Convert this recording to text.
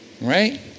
Right